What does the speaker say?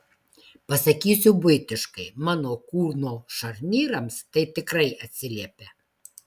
pasakysiu buitiškai mano kūno šarnyrams tai tikrai atsiliepia